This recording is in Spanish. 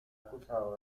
acusado